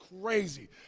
crazy